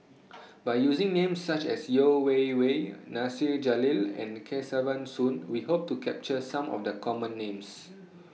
By using Names such as Yeo Wei Wei Nasir Jalil and Kesavan Soon We Hope to capture Some of The Common Names